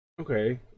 Okay